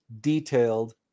detailed